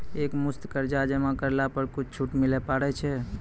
एक मुस्त कर्जा जमा करला पर कुछ छुट मिले पारे छै?